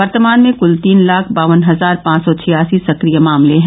वर्तमान में कृल तीन लाख बावन हजार पांच सौ छियासी सक्रिय मामले हैं